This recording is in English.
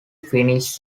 finished